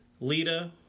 Lita